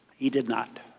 he did not